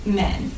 men